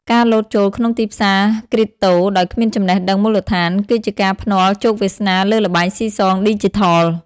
ការលោតចូលក្នុងទីផ្សារគ្រីបតូ ដោយគ្មានចំណេះដឹងមូលដ្ឋាន គឺជាការភ្នាល់ជោគវាសនាលើល្បែងស៊ីសងឌីជីថល។